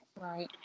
Right